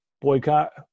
boycott